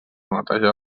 netejar